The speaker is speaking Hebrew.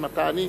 אם אתה עני.